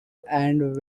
and